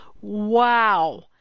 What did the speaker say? Wow